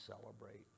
celebrate